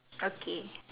okay